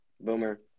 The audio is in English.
Boomer